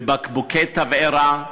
בבקבוקי תבערה,